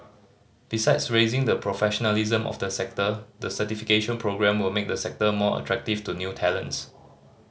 besides raising the professionalism of the sector the certification programme will make the sector more attractive to new talents